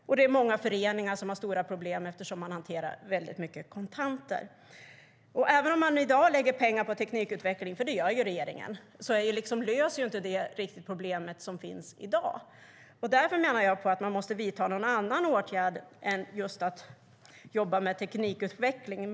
Och det är många föreningar som har stora problem, eftersom de hanterar väldigt mycket kontanter. Även om man i dag lägger pengar på teknikutveckling, för det gör regeringen, löser det inte riktigt problemet som finns i dag. Därför menar jag att man måste vidta någon annan åtgärd än just att jobba med teknikutveckling.